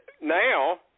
now